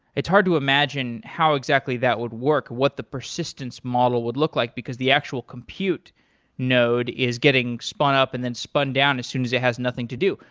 it's hard to imagine how exactly that would work, what the persistence model would look like, because the actual compute node is getting spun up and then spun down as soon as it has nothing to do.